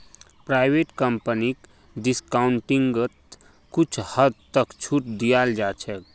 private कम्पनीक डिस्काउंटिंगत कुछ हद तक छूट दीयाल जा छेक